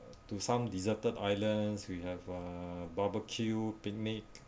to some deserted islands we have uh barbecue picnic